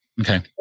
Okay